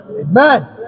Amen